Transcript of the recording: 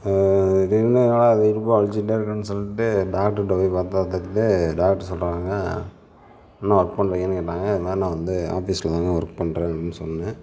ரெண்டு நாளாக இடுப்பு வலிச்சிக்கிட்டே இருக்குதுனு சொல்லிட்டு டாக்டர்கிட்ட போய் பார்த்தா தெரியுது டாக்டர் சொல்கிறாங்க என்ன ஒர்க் பண்ணுறீங்கன்னு கேட்டாங்க இந்த மாதிரி நான் வந்து ஆஃபீஸ்ல தாங்க ஒர்க் பண்ணுறேன் அப்படினு சொன்னேன்